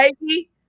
baby